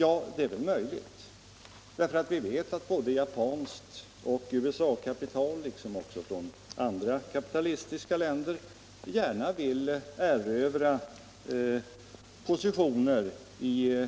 Ja, det är väl möjligt, för vi vet att kapital både från Japan och från USA liksom från andra kapitalistiska länder gärna vill erövra positioner i